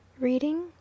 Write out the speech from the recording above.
Reading